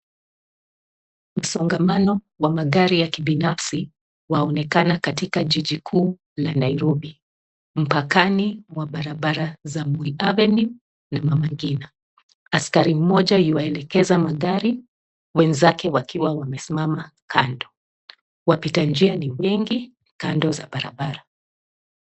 Msongamano wa magari ya kibinafsi waonekana katika jiji kuu la Nairobi; mpakani mwa barabara za Moi Avenue na Mama Ngina. Askari moja yuwaelekeza magari, wenzake wakiwa wamesimama kando. Wapita njia ni wengi kando za barabara.